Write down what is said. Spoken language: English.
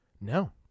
No